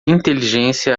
inteligência